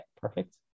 perfect